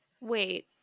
Wait